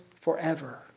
forever